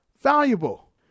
valuable